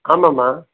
ஆமாம்மா